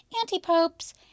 anti-popes